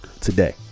today